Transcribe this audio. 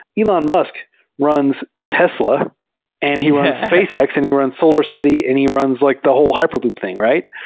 elon musk runs tesla and he runs spacex and he runs solar city and he runs like the whole hyperloop thing, right?